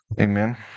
Amen